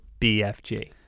BFG